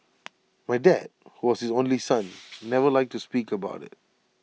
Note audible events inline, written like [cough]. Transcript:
[noise] my dad who was his only son [noise] never liked to speak about IT